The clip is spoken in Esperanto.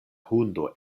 hundo